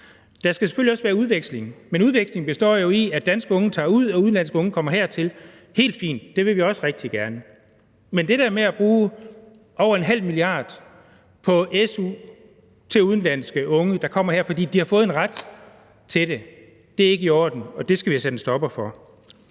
der skal selvfølgelig også være udveksling, men udveksling består jo i, at danske unge tager ud, og at udenlandske unge kommer hertil. Helt fint, det vil vi også rigtig gerne. Men det der med at bruge over ½ mia. kr. på su til udenlandske unge, der kommer her, fordi de har fået en ret til det, er ikke i orden, og det skal vi have sat en stopper for.